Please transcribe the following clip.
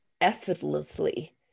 effortlessly